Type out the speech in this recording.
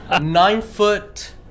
nine-foot